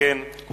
מקרה